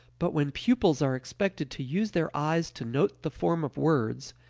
but when pupils are expected to use their eyes to note the form of words,